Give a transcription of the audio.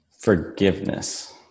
Forgiveness